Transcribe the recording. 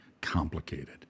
complicated